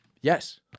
Yes